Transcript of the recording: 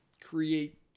create